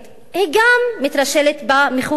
היא גם מתרשלת במכוון,